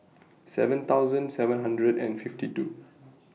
seven thousand seven hundred and fifty two